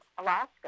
Alaska